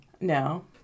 No